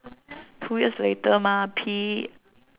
two years later mah P